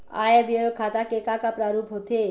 आय व्यय खाता के का का प्रारूप होथे?